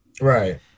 Right